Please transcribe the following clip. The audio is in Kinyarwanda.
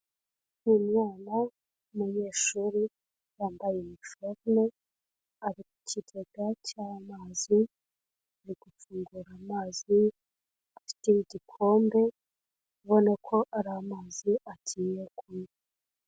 Umwana w'umuyeshuri wambaye iniforume, ari ku kigega cy'amazi, ari gufungura amazi, afite n'igikombe ubona ko ari amazi agiye kunywa.